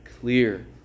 clear